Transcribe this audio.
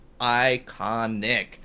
iconic